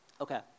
Okay